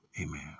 Amen